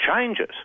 changes